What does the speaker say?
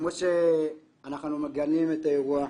כמו שאנחנו מגנים את האירוע,